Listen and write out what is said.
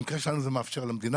במקרה שלנו זה מאפשר למדינה,